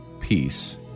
peace